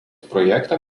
projektą